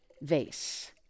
vase